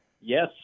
Yes